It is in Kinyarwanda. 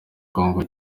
congo